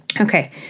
okay